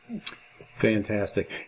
Fantastic